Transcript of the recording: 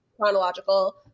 chronological